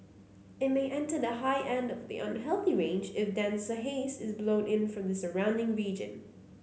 it may enter the high end of the unhealthy range if denser haze is blown in from the surrounding region